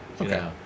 Okay